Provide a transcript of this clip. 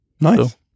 Nice